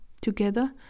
together